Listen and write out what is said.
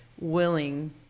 willing